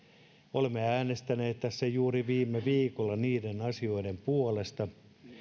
olemme äänestäneet tässä juuri viime viikolla niiden asioiden puolesta